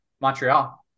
Montreal